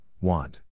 want